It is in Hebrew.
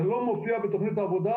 זה לא מופיע בתוכנית העבודה,